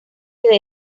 que